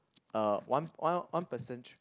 uh one one one person tr~